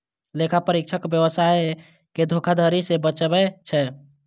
लेखा परीक्षक व्यवसाय कें धोखाधड़ी सं बचबै छै